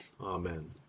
Amen